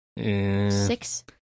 six